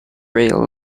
rail